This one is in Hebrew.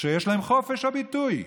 שיש להם חופש הביטוי,